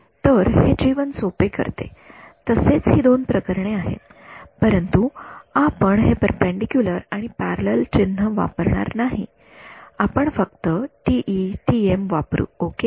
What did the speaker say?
तर हे जीवन सोपे करते तसेच ही दोन प्रकरणे आहेत परंतु आपण हे पेरपेंडीक्युलर आणि पॅरलल चिन्ह वापरणार नाही आपण फक्त टीई टीएम वापरू ओके